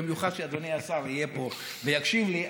במיוחד שאדוני השר יהיה פה ויקשיב לי,